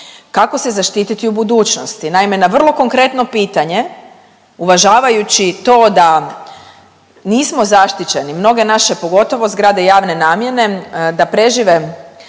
kako se zaštititi u budućnosti. Naime, na vrlo konkretno pitanje uvažavajući to da nismo zaštićeni, mnoge naše pogotovo zgrade javne namjene, da prežive